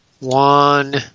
One